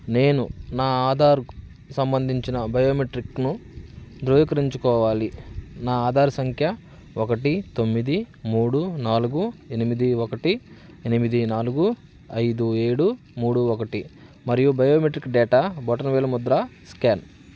నేను నా ఆధార్కు సంబంధించిన బయోమెట్రిక్ను ధృవీకరించుకోవాలి నా ఆధార్ సంఖ్య ఒకటి తొమ్మిది మూడు నాలుగు ఎనిమిది ఒకటి ఎనిమిది నాలుగు ఐదు ఏడు మూడు ఒకటి మరియు బయోమెట్రిక్ డేటా బొటనవేలు ముద్ర స్కాన్